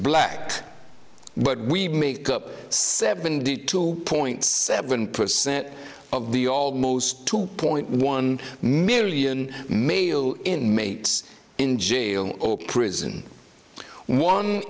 black but we make up seven d two point seven percent of the almost two point one million male inmates in jail or prison one